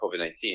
COVID-19